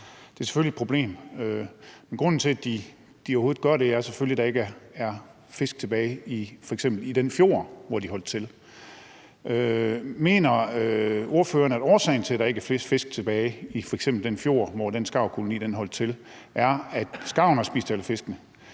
Det er selvfølgelig et problem, men grunden til, at de overhovedet gør det, er selvfølgelig, at der ikke er nogen fisk tilbage i den fjord, hvor de holder til. Mener ordføreren, at årsagen til, at der er ikke er flere fisk tilbage i f.eks. den fjord, hvor den skarvkoloni holder til, er, at det er skarverne, der har spist alle fiskene?